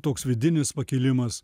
toks vidinis pakilimas